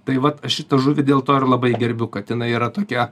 tai vat aš šitą žuvį dėl to ir labai gerbiu kad jinai yra tokia